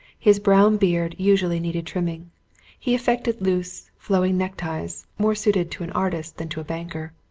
his brown beard usually needed trimming he affected loose, flowing neckties, more suited to an artist than to a banker.